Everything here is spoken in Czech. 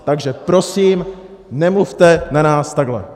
Takže prosím, nemluvte na nás takhle!